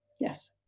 Yes